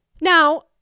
Now